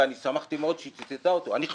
ואני שמחתי מאוד שהיא ציטטה אותו אני חשבתי,